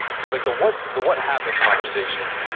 because like, the what the what happened conversation.